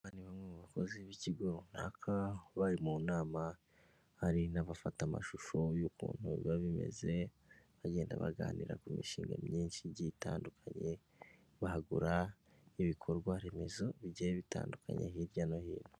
Bamwe mu bakozi b'ikigo runaka bari mu nama, hari n'abafata amashusho y'ukuntu biba bimeze, bagenda baganira ku mishinga myinshi igiye itandukanye bagura ibikorwa remezo bigiye bitandukanye hirya no hino.